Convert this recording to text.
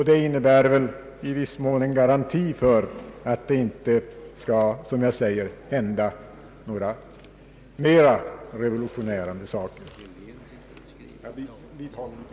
Det innebär väl i viss mån en garanti för att det inte skall hända några mera revolutionerande saker. Jag vidhåller mitt yrkande.